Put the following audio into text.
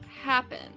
happen